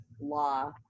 law